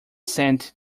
sent